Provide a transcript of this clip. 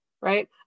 right